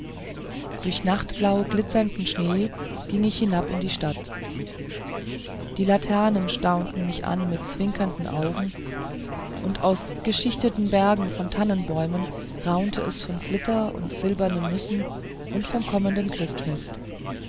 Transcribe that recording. durch nachtblauglitzernden schnee ging ich hinab in die stadt die laternen staunten mich an mit zwinkernden augen und aus geschichteten bergen von tannenbäumen raunte es von flitter und silbernen nüssen und vom kommenden